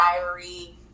diary